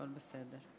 הכול בסדר.